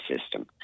system